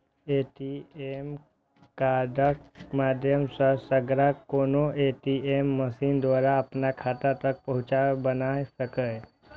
ATM कार्डक माध्यम सं ग्राहक कोनो ए.टी.एम मशीन द्वारा अपन खाता तक पहुंच बना सकैए